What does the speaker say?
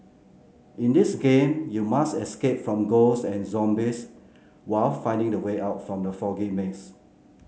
in this game you must escape from ghost and zombies while finding the way out from the foggy maze